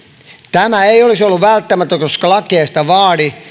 tämä ei olisi ollut välttämätön koska laki ei vaadi